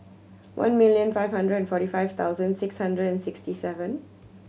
one million five hundred and forty five thousand six hundred and sixty seven